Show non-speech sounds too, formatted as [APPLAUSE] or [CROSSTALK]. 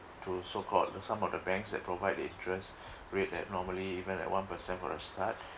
to so called the some of the banks that provide the interest [BREATH] rate at normally even at one percent for a start